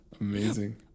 Amazing